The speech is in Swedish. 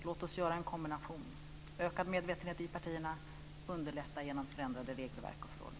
Låt oss göra en kombination: öka medvetenheten i partierna, underlätta genom förändrade regelverk och förordningar.